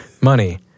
money